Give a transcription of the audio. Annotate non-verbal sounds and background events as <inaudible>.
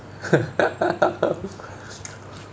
<laughs>